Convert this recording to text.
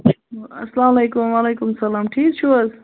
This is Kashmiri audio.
اسلامُ علیکُم وعلیکُم سلام ٹھیٖک چھِو حَظ